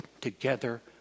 together